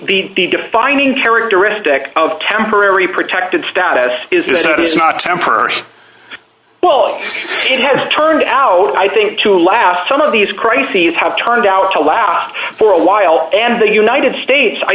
the defining characteristic of temporary protected status is that it's not temporary well it has turned out i think to laugh some of these crises have turned out to last for a while and the united states i